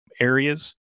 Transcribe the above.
areas